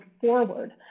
forward